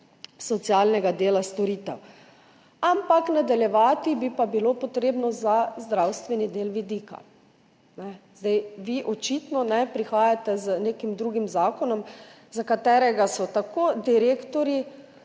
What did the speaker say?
socialnega dela storitev, ampak nadaljevati bi pa bilo treba za zdravstveni del vidika. Očitno prihajate z nekim drugim zakonom, za katerega so tako direktorji